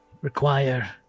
require